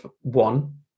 one